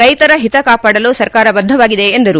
ರೈತರ ಹಿತ ಕಾಪಾಡಲು ಸರ್ಕಾರ ಬದ್ದವಾಗಿದೆ ಎಂದರು